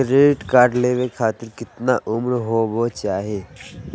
Credit card लेवे खातीर कतना उम्र होवे चाही?